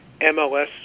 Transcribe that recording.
MLS